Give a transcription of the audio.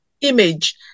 image